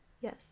Yes